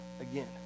again